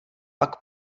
pak